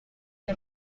que